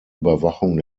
überwachung